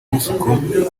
n’isuku